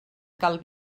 cal